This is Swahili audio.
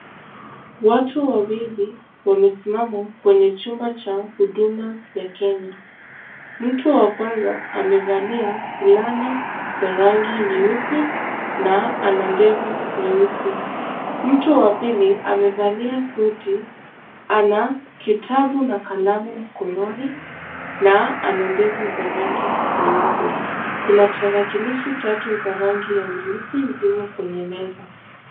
Watu wawili wamesimama kwenye chumba cha huduma ya kenya, mtu wa kwanza amevalia fulana ya rangi nyeusi na anandefu nyeusi, mtu wa pili amevalia suti ana kitabu na kalamu mkononi na anandefu za rangi nyeupe kuna tarakilishi tatu za rangi za nyeusi ziko kwenye meza.